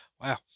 Wow